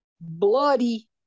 bloody